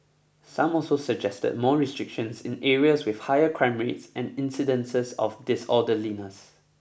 some also suggested more restrictions in areas with higher crime rates and incidences of disorderliness